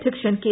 അധ്യക്ഷൻ കെ